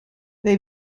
they